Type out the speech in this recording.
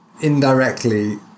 indirectly